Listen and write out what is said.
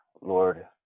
Lord